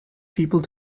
people